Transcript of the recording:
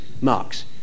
Marx